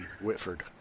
Whitford